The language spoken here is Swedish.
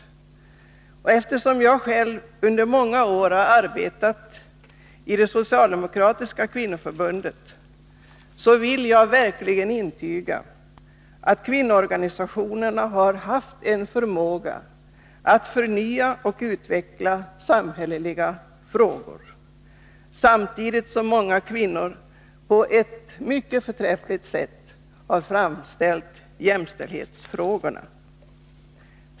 organisationernas Eftersom jag själv under många år har arbetat i det socialdemokratiska centrala verksam kvinnoförbundet, kan jag verkligen intyga att kvinnoorganisationerna har het haft en förmåga att förnya och utveckla samhälleliga frågor, samtidigt som många kvinnor på ett mycket förträffligt sätt har fört fram jämställdhetsfrå gorna.